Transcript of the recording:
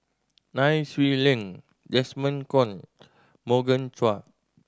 Nai Swee Leng Desmond Kon Morgan Chua